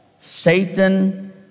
Satan